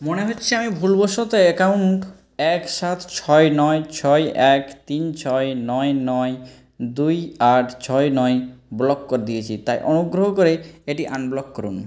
মনে হচ্ছে আমি ভুলবশত অ্যাকাউন্ট এক সাত ছয় নয় ছয় এক তিন ছয় নয় নয় দুই আট ছয় নয় ব্লক করে দিয়েছি তাই অনুগ্রহ করে এটি আনব্লক করুন